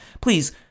Please